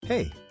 Hey